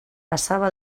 passava